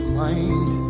mind